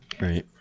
right